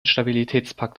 stabilitätspakt